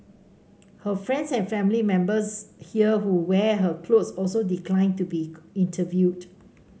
her friends and family members here who wear her clothes also declined to be interviewed